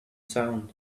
sound